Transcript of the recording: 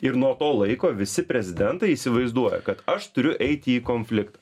ir nuo to laiko visi prezidentai įsivaizduoja kad aš turiu eiti į konfliktą